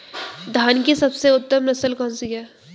धान की सबसे उत्तम नस्ल कौन सी है?